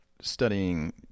studying